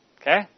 Okay